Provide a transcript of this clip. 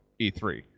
E3